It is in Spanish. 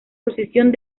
posición